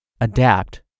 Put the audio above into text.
adapt